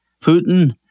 Putin